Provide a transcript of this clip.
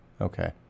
Okay